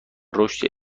رشدی